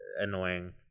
annoying